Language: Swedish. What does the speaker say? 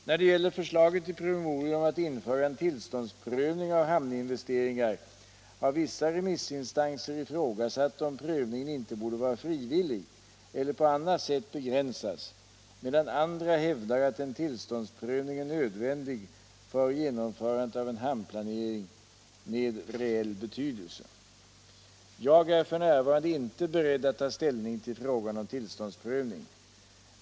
När det gäller förslaget i promemorian om att införa en tillståndsprövning för hamninvesteringar har vissa remissinstanser ifrågasatt om prövningen inte borde vara frivillig eller på annat sätt begränsas, medan andra hävdar att en tillståndsprövning är nödvändig för genomförandet av en hamnplanering med reell betydelse. Jag är f. n. inte beredd att ta ställning till frågan om tillståndsprövning.